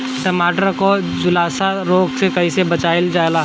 टमाटर को जुलसा रोग से कैसे बचाइल जाइ?